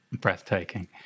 breathtaking